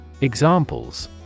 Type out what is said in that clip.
Examples